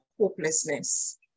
hopelessness